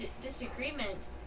disagreement